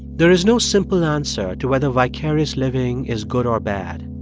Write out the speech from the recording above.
there is no simple answer to whether vicarious living is good or bad.